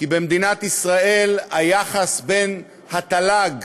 כי במדינת ישראל היחס בין התל"ג